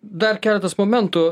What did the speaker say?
dar keletas momentų